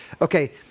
Okay